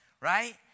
right